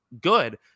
good